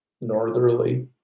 Northerly